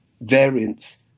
variants